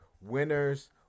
winners